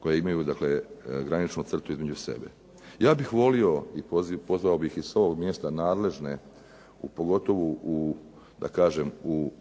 koje imaju dakle graničnu crtu između sebe. Ja bih volio i pozvao bih i s ovog mjesta nadležne, pogotovo da kažem u